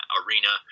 arena